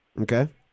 Okay